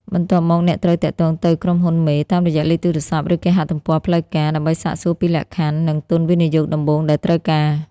បន្ទាប់មក អ្នកត្រូវ "ទាក់ទងទៅក្រុមហ៊ុនមេ" តាមរយៈលេខទូរស័ព្ទ ឬគេហទំព័រផ្លូវការ ដើម្បីសាកសួរពីលក្ខខណ្ឌ និងទុនវិនិយោគដំបូងដែលត្រូវការ។